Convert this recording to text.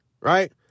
right